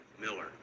Miller